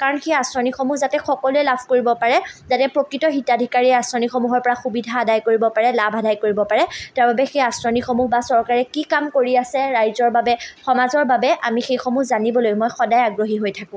কাৰণ সেই আঁচনিসমূহ যাতে সকলোৱে লাভ কৰিব পাৰে যাতে প্ৰকৃত হিতাধিকাৰীয়ে আঁচনিসমূহৰ পৰা সুবিধা আদায় কৰিব পাৰে লাভ আদায় কৰিব পাৰে তাৰ বাবে সেই আঁচনিসমূহ বা চৰকাৰে কি কাম কৰি আছে ৰাইজৰ বাবে সমাজৰ বাবে আমি সেইসমূহ জানিবলৈ মই সদায় আগ্ৰহী হৈ থাকোঁ